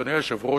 אדוני היושב-ראש,